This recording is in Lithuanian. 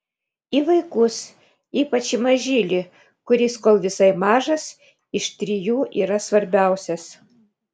į vaikus ypač į mažylį kuris kol visai mažas iš trijų yra svarbiausias